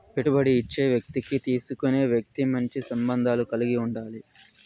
పెట్టుబడి ఇచ్చే వ్యక్తికి తీసుకునే వ్యక్తి మంచి సంబంధాలు కలిగి ఉండాలి